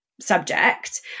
subject